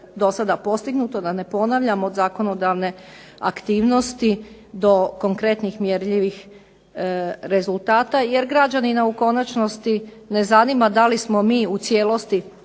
do sada postignuto, da ne ponavljam od zakonodavne aktivnosti, do konkretnih mjerljivih rezultata, jer građanina u konačnosti ne zanima da li smo mi u cijelosti